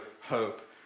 hope